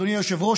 אדוני היושב-ראש,